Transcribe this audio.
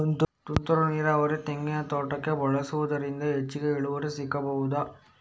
ತುಂತುರು ನೀರಾವರಿ ತೆಂಗಿನ ತೋಟಕ್ಕೆ ಬಳಸುವುದರಿಂದ ಹೆಚ್ಚಿಗೆ ಇಳುವರಿ ಸಿಕ್ಕಬಹುದ?